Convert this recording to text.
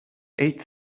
eight